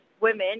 women